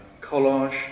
collage